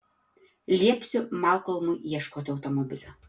liepsiu malkolmui ieškoti automobilio